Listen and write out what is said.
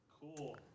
Cool